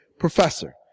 Professor